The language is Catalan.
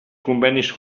convenis